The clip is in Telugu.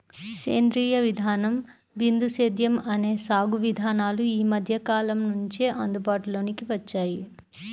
సేంద్రీయ విధానం, బిందు సేద్యం అనే సాగు విధానాలు ఈ మధ్యకాలం నుంచే అందుబాటులోకి వచ్చాయి